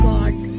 God